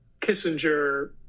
kissinger